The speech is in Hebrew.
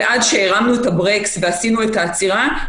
ועד שהרמנו את ה ברקס ועשינו את העצירה,